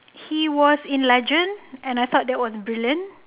he was in legend and I thought that was brilliant